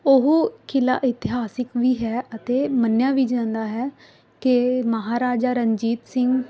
ਉਹ ਕਿਲ੍ਹਾ ਇਤਿਹਾਸਿਕ ਵੀ ਹੈ ਅਤੇ ਮੰਨਿਆ ਵੀ ਜਾਂਦਾ ਹੈ ਕਿ ਮਹਾਰਾਜਾ ਰਣਜੀਤ ਸਿੰਘ